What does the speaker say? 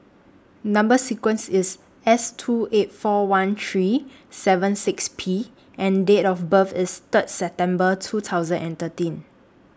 Number sequence IS S two eight four one three seven six P and Date of birth IS Third September two thousand and thirteen